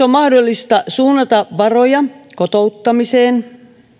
on mahdollista suunnata varoja kotouttamiseen